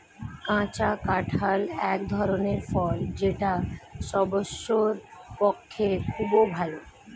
কাঁচা কাঁঠাল এক ধরনের ফল যেটা স্বাস্থ্যের পক্ষে খুবই ভালো